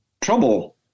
trouble